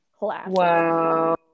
Wow